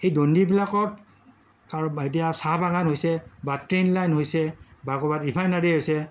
সেই দণ্ডিবিলাকত এতিয়া চাহ বাগান হৈছে বা ট্ৰেইন লাইন হৈছে বা ক'ৰবাত ৰিফায়েনেৰি হৈছে